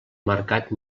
mercat